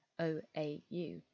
OAU